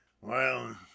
Well